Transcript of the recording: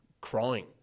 crying